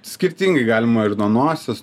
skirtingai galima ir nuo nosies